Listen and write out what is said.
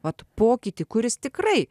vat pokytį kuris tikrai